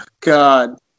god